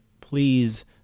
please